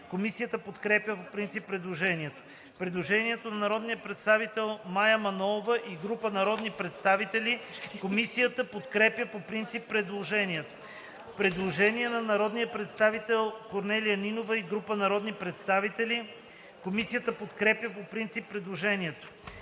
Комисията подкрепя по принцип предложението. Предложение на народния представител Мая Манолова и група народни представители. Комисията подкрепя по принцип предложението. Предложение на народния представител Корнелия Нинова и група народни представители. Комисията подкрепя по принцип предложението.